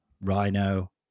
Rhino